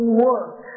work